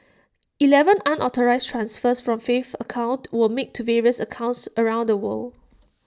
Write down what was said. Eleven unauthorised transfers from Faith's account were made to various accounts around the world